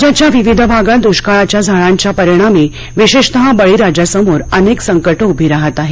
राज्याच्या विविध भागात दुष्काळाच्या झळांच्या परिणामी विशेषतः बळीराजासमोर अनेक संकटं उभी राहात आहेत